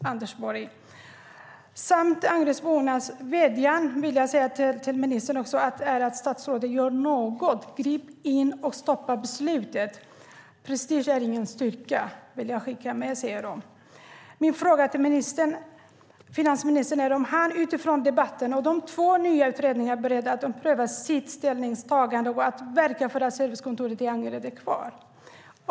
Angeredsbornas vädjan är att statsrådet gör något. Grip in och stoppa beslutet! Prestige är inte styrka! Det vill de att jag ska skicka med i den här debatten. Min fråga till ministern är om han utifrån debatten och de två nya utredningarna är beredd att ompröva sitt ställningstagande och att verka för att servicekontoret i Angered blir kvar.